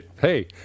hey